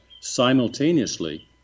simultaneously